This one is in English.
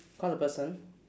call the person